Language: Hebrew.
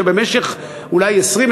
שבמשך כבר אולי 20,